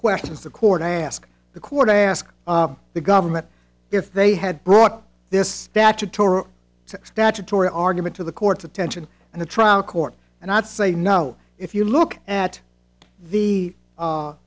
questions the court i ask the court to ask the government if they had brought this statutory statutory argument to the court's attention and the trial court and not say no if you look at the